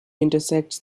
intersects